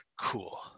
cool